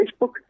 Facebook